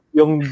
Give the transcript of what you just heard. yung